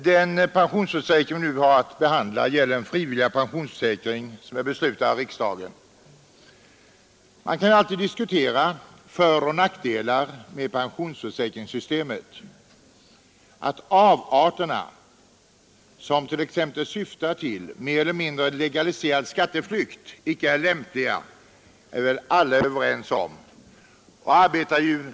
Herr talman! Den fråga vi nu har att behandla gäller den frivilliga pensionsförsäkring som är beslutad av riksdagen. Man kan alltid diskutera föroch nackdelar med pensionsförsäkringssystemet. Att avarterna, som t.ex. syftar till mer eller mindre legaliserad skatteflykt, icke är lämpliga är väl alla överens om.